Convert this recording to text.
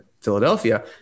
Philadelphia